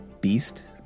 beast